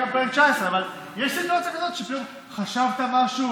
וגם בפרק 19. אבל יש סיטואציה כזאת שחשבת משהו,